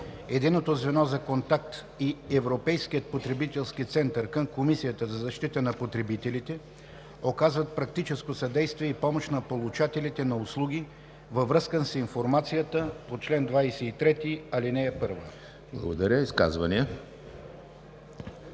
Единното звено за контакт и Европейският потребителски център към Комисията за защита на потребителите оказват практическо съдействие и помощ на получателите на услуги във връзка с информацията по чл. 23, ал. 1.“ ПРЕДСЕДАТЕЛ